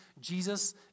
Jesus